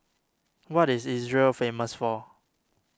what is Israel famous for